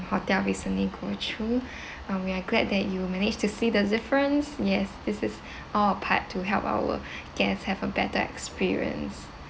hotel recently go through and we are glad that you manage to see the difference yes this is all a part to help our guests have a better experience